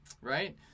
right